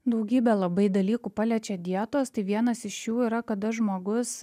daugybė labai dalykų paliečia dietos tai vienas iš jų yra kada žmogus